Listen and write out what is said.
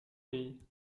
pays